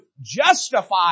justify